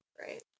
Right